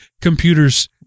computers